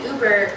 Uber